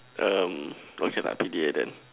um okay lah P_D_A then